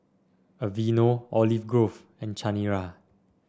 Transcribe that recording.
Aveeno Olive Grove and Chanira